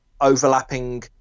overlapping